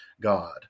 god